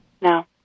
No